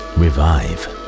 revive